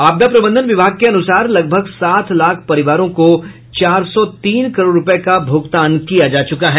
आपदा प्रबंधन विभाग के अनुसार लगभग सात लाख परिवारों को चार सौ तीन करोड़ रूपये का भुगतान किया जा चुका है